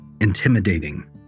intimidating